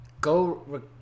Go